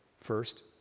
First